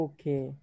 Okay